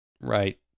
Right